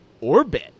orbit